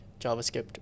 JavaScript